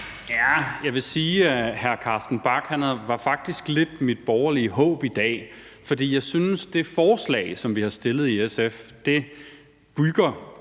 Jeg vil sige, at hr. Carsten Bach faktisk lidt var mit borgerlige håb i dag. For jeg synes, at det forslag, som vi i SF har